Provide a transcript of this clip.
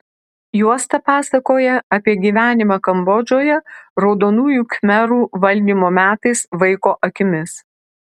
juosta pasakoja apie gyvenimą kambodžoje raudonųjų khmerų valdymo metais vaiko akimis